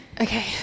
okay